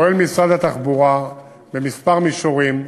פועל משרד התחבורה בכמה מישורים,